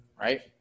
Right